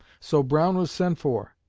so brown was sent for,